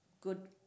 Good